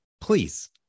Please